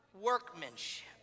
workmanship